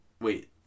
Wait